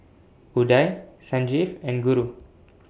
Udai Sanjeev and Guru